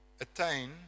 attain